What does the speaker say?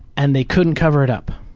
and they couldn't cover it up.